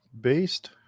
based